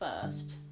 first